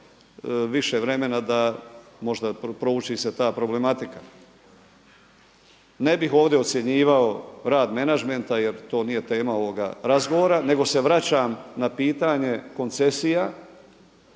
više vremena da možda prouči se ta problematika. Ne bih ovdje ocjenjivao rad menadžmenta jer to nije tema ovog razgovora, nego se vraćam na pitanje koncesija.